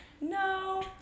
No